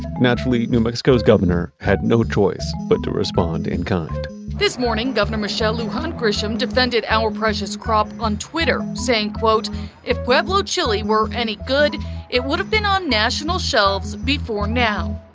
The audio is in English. naturally, new mexico's governor had no choice but to respond in kind this morning, governor michelle lujan grisham defended our precious crop on twitter saying, if pueblo chili were any good it would have been on national shelves before now.